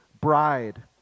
bride